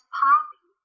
poppy